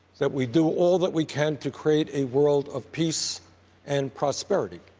that we do all that we can to create a world of peace and prosperity.